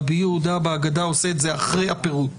רבי יהודה בהגדה עושה את זה אחרי הפירוט,